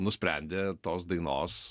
nusprendė tos dainos